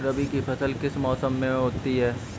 रबी की फसल किस मौसम में होती है?